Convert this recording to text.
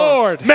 Lord